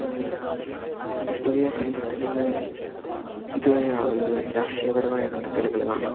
ആ പുതിയ കണ്ടെത്തലുകൾ ഇത് വരെ ആകുന്നത് രാഷ്ട്രീയപരമായ കണ്ടെത്തലുകൾ കാണും